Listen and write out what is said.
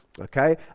okay